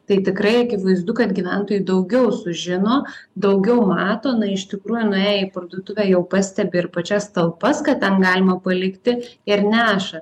tai tikrai akivaizdu kad gyventojai daugiau sužino daugiau mato na iš tikrųjų nuėję į parduotuvę jau pastebi ir pačias talpas kad ten galima palikti ir neša